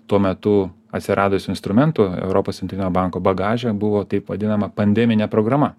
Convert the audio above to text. tuo metu atsiradus instrumentų europos centrinio banko bagaže buvo taip vadinama pandeminė programa